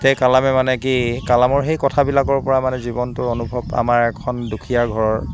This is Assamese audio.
তেতিয়াই কালামে মানে কি কালামৰ সেই কথাবিলাকৰ পৰা মানে জীৱনটো অনুভৱ আমাৰ এখন দুখীয়া ঘৰ